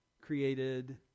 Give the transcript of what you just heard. created